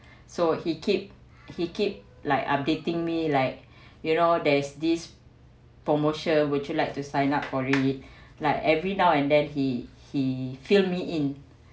so he keep he keep like updating me like you know there's this promotion would you like to sign up for really like every now and then he he fill me in